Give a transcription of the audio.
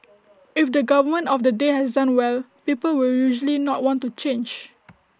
if the government of the day has done well people will usually not want to change